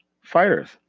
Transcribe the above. Fighters